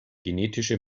genetische